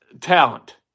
talent